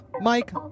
Mike